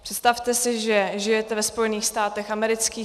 Představte si, že žijete ve Spojených státech amerických.